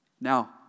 Now